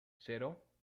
cero